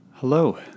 Hello